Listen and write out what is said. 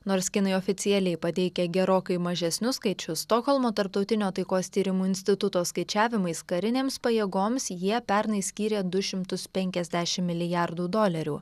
nors kinai oficialiai pateikė gerokai mažesnius skaičius stokholmo tarptautinio taikos tyrimų instituto skaičiavimais karinėms pajėgoms jie pernai skyrė du šimtus penkiasdešim milijardų dolerių